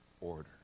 order